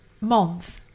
Month